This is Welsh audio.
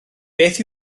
beth